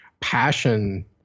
passion